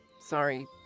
Sorry